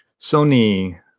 Sony